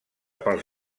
pels